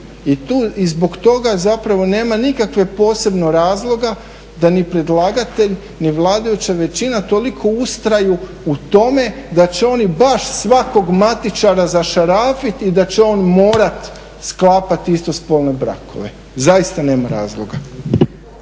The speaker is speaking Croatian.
I zbog toga nema nikakvog posebnog razloga da ni predlagatelj ni vladajuća većina toliko ustraju u tome da će oni baš svakog matičara zašarafiti i da će on morati sklapati istospolne brakove, zaista nema razloga.